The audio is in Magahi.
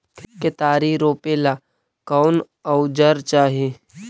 केतारी रोपेला कौन औजर चाही?